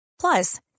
plus